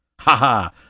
Ha-ha